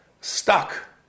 stuck